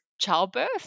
childbirth